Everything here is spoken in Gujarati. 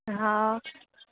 હા